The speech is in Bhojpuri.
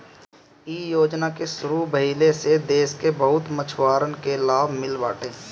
इ योजना के शुरू भइले से देस के बहुते मछुआरन के लाभ मिलल बाटे